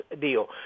deal